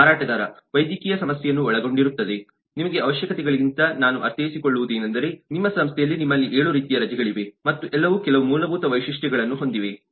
ಮಾರಾಟಗಾರ ವೈದ್ಯಕೀಯ ಸಮಸ್ಯೆಯನ್ನು ಒಳಗೊಂಡಿರುತ್ತದೆ ನಿಮ್ಮ ಅವಶ್ಯಕಕತೆಗೆ ಗಳಿಂದ ನಾನು ಅರ್ಥೈಸಿಕೊಳ್ಳುವುದೇನೆಂದರೆ ನಿಮ್ಮ ಸಂಸ್ಥೆಯಲ್ಲಿ ನಿಮ್ಮಲ್ಲಿ 7 ರೀತಿಯ ರಜೆಗಳಿವೆ ಮತ್ತು ಎಲ್ಲವೂ ಕೆಲವು ಮೂಲಭೂತ ವೈಶಿಷ್ಟ್ಯಗಳನ್ನು ಹೊಂದಿವೆ